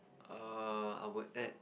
err I would add